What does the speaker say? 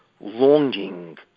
longing